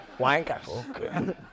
wanker